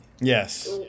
yes